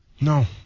No